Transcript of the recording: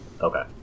Okay